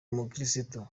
umukirisitu